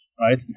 Right